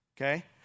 okay